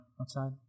outside